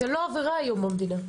זה לא עבירה היום במדינה.